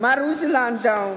מר עוזי לנדאו,